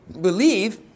Believe